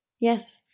Yes